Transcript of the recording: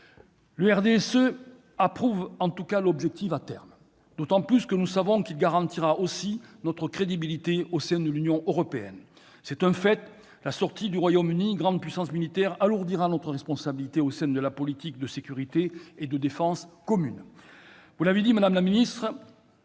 du RDSE approuve en tout cas l'objectif à terme, d'autant que nous savons qu'il garantira aussi notre crédibilité au sein de l'Union européenne. C'est un fait, la sortie du Royaume-Uni, grande puissance militaire, alourdira notre responsabilité au sein de la politique de sécurité et de défense commune. Vous l'avez dit, madame la ministre,